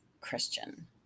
Christian